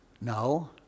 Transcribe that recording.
No